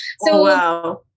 Wow